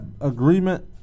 agreement